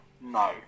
no